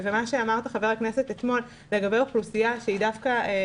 מה שאמר כאן חבר הכנסת אתמול לגבי אוכלוסייה שהיא